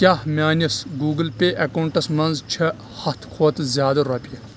کیٛاہ میٲنِس گوٗگٕل پے اؠکاونٛٹَس منٛز چھِ ہتھ کھۄتہٕ زِیٛادٕ رۄپیہِ